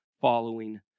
following